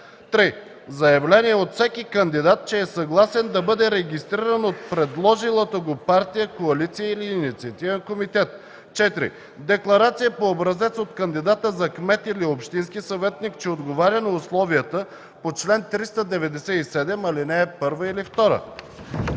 3. заявление от всеки кандидат, че е съгласен да бъде регистриран от предложилата го партия, коалиция или инициативен комитет; 4. декларация по образец от кандидата за кмет или общински съветник, че отговаря на условията по чл. 397, ал. 1 или 2; 5.